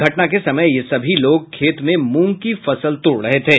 घटना के समय ये सभी लोग खेत में मूंग की फसल तोड़ रहे थे